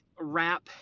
wrap